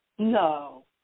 No